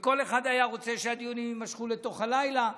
וכל אחד היה רוצה שהדיונים יימשכו לתוך הלילה,